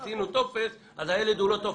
עכשיו יש טופס, אז הילד הוא לא טופס.